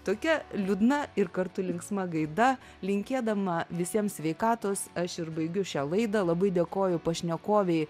tokia liūdna ir kartu linksma gaida linkėdama visiems sveikatos aš ir baigiu šią laidą labai dėkoju pašnekovei